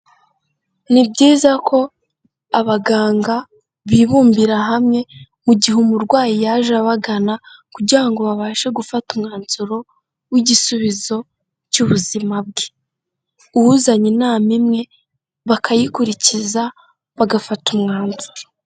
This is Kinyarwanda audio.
Ni byiza ko abaganga bibumbira hamwe mu gihe umurwayi yaje abagana, kugira ngo babashe gufata umwanzuro w'igisubizo cy'ubuzima bwe, uwuzanye inama imwe bakayikurikiza bagafata umwanzuro.